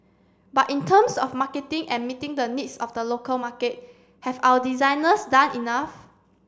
but in terms of marketing and meeting the needs of the local market have our designers done enough